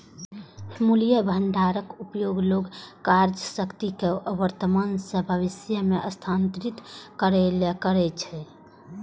मूल्य भंडारक उपयोग लोग क्रयशक्ति कें वर्तमान सं भविष्य मे स्थानांतरित करै लेल करै छै